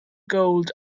gold